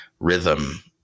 rhythm